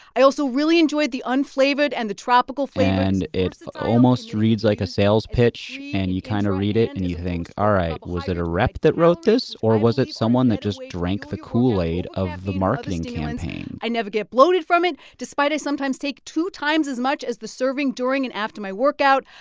i also really enjoyed the unflavored and the tropical flavored. and it almost reads like a sales pitch. and you kind of read it, and you think, all right. was it a rep that wrote this, or was it someone that just drank the kool-aid of the marketing campaign? i never get bloated from it, despite i sometimes take two times as much as the serving during and after my workout.